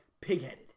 pigheaded